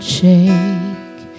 shake